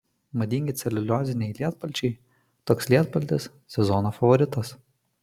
madingi celiulioziniai lietpalčiai toks lietpaltis sezono favoritas